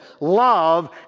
love